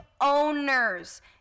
owners